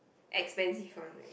expensive one leh